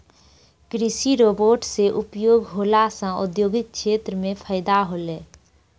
कृषि रोवेट से उपयोग होला से औद्योगिक क्षेत्र मे फैदा होलै